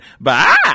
Bye